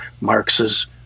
Marx's